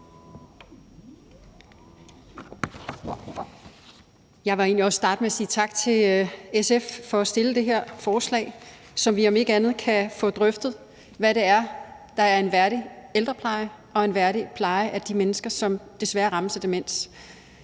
også starte med at sige tak til SF for at fremsætte det her forslag, så vi om ikke andet kan få drøftet, hvad det er, der er en værdig ældrepleje og en værdig pleje af de mennesker, som desværre rammes af demens.